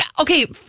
okay